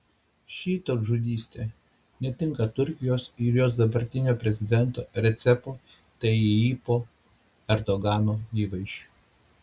ši tautžudystė netinka turkijos ir jos dabartinio prezidento recepo tayyipo erdogano įvaizdžiui